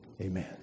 Amen